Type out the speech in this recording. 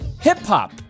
hip-hop